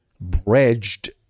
bridged